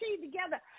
together